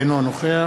אינו נוכח